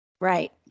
Right